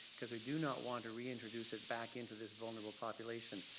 because we do not want to reintroduce it back into this vulnerable population.